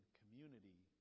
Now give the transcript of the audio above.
community